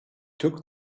took